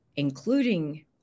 including